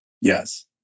yes